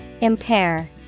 impair